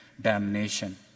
damnation